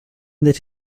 that